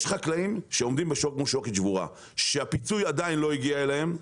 יש חקלאים שעומדים מול שוקת שבורה שהפיצוי עדיין לא הגיע להם,